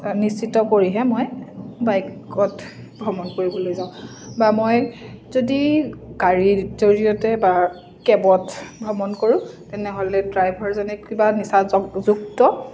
নিশ্চিত কৰিহে মই বাইকত ভ্ৰমণ কৰিবলৈ যাওঁ বা মই যদি গাড়ীৰ জৰিয়তে বা কেবত ভ্ৰমণ কৰোঁ তেনেহ'লে ড্ৰাইভাৰজনে কিবা নিচা য যুক্ত